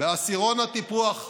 בעשירון הטיפוח 10,